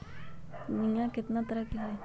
बीमा केतना तरह के होइ?